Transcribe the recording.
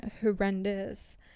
horrendous